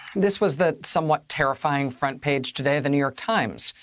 this was the somewhat terrifying front page today of the new york times.